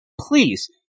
please